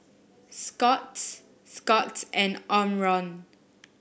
Scott's Scott's and Omron